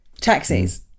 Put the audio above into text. Taxis